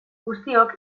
guztiok